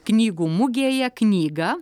knygų mugėje knyga